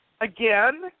again